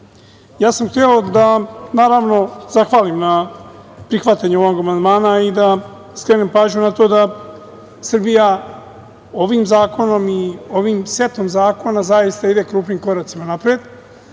sam da zahvalim na prihvatanju ovog amandmana i da skrenem pažnju na to da Srbija ovim zakonom i ovim setom zakona zaista ide krupnim koracima napred.